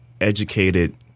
Educated